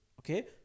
Okay